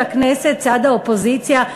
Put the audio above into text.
צד האופוזיציה,